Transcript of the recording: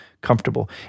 comfortable